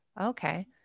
okay